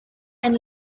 and